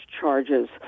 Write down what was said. charges